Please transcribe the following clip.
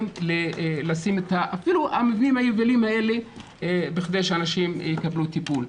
לשים אפילו את המבנים היבילים האלה בכדי שאנשים יקבלו טיפול.